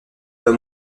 pas